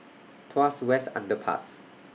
Tuas West Underpass